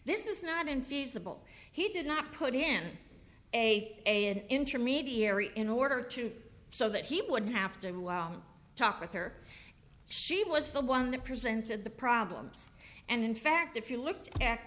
this is not infeasible he did not put in a intermediary in order to so that he would have to talk with her she was the one that presented the problems and in fact if you looked